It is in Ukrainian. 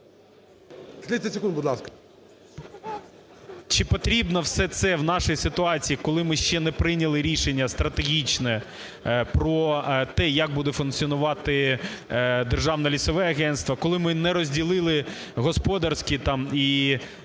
Чи потрібно все це в нашій ситуації, коли ми ще не прийняли рішення стратегічне про те, як буде функціонувати Державне лісове агентство, коли ми не розділили господарські там